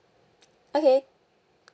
okay